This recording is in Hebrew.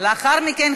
לאחר מכן,